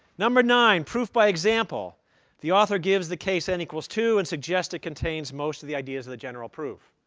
number nine proof by example the author gives the case n equals two and suggests it contains most of the ideas of the general proof.